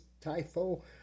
Typho